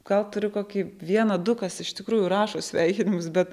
gal turiu kokį vieną du kas iš tikrųjų rašo sveikinimus bet